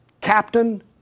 captain